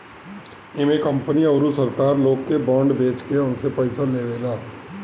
इमे कंपनी अउरी सरकार लोग के बांड बेच के उनसे पईसा लेवेला